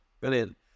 Brilliant